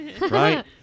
Right